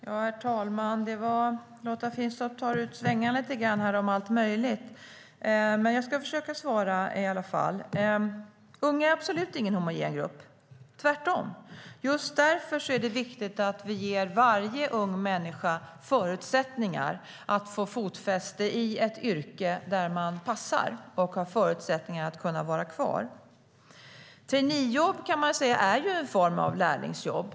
Herr talman! Lotta Finstorp tar ut svängarna lite grann om allt möjligt, men jag ska försöka svara. Unga är absolut ingen homogen grupp, tvärtom. Just därför är det viktigt att vi ger varje ung människa förutsättningar att få fotfäste i ett yrke där man passar och har förutsättningar att vara kvar. Man kan säga att traineejobb är en form av lärlingsjobb.